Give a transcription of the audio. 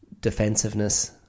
defensiveness